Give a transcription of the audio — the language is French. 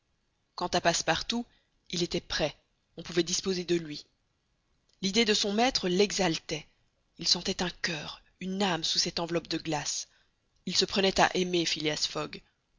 quant à passepartout il était prêt on pouvait disposer de lui l'idée de son maître l'exaltait il sentait un coeur une âme sous cette enveloppe de glace il se prenait à aimer phileas fogg